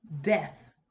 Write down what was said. death